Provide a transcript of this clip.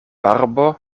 barbo